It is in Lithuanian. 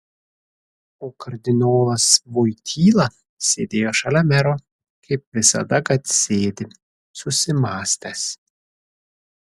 o kardinolas voityla sėdėjo šalia mero kaip visada kad sėdi susimąstęs